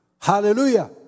Hallelujah